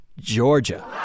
Georgia